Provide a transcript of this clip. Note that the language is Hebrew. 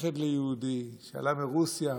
נכד ליהודי שעלה מרוסיה